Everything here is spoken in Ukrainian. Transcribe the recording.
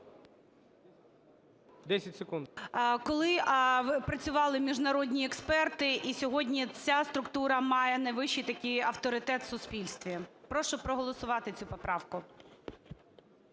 І.В. …коли працювали міжнародні експерти. І сьогодні ця структура має найвищий такий авторитет в суспільстві. Прошу проголосувати цю поправку.